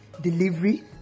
delivery